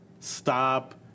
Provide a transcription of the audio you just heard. Stop